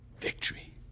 victory